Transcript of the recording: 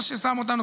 מה ששם אותנו,